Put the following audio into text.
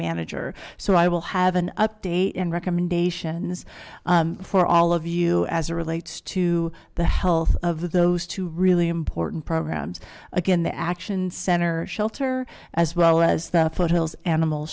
manager so i will have an update and recommendations for all of you as it relates to the health of those two really important programs again the action center shelter as well as the foothills animal